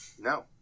No